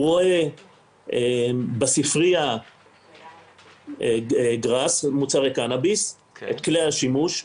רואה בספריה גראס ומוצרי קנאביס ואת כלי השימוש,